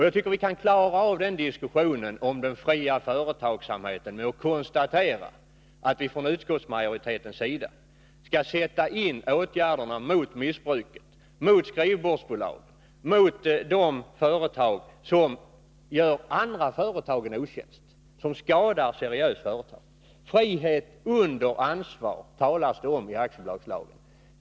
Jag tycker vi kan avsluta diskussionen om den fria företagsamheten med att konstatera att vi från utskottsmajoritetens sida slagit fast att vi skall sätta in åtgärder mot missbruket, mot skrivbordsbolagen och mot de företag som gör andra företag en otjänst och som skadar seriösa företag. I aktiebolagslagen talas det om frihet under ansvar.